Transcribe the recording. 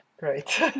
Great